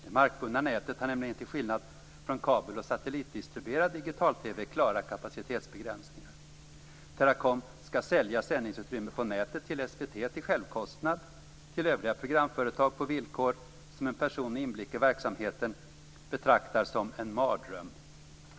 Det markbundna nätet har nämligen till skillnad från kabel och satellitdistribuerad digital-TV klara kapacitetsbegränsningar. Teracom skall sälja sändningsutrymme på näten, till SVT till självkostnad, till öviga programföretag på villkor som en person med inblick i verksamheten betraktar som "en mardröm".